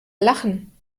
lachen